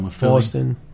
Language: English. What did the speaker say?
Boston